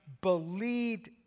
believed